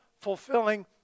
fulfilling